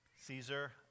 Caesar